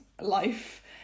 Life